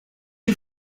you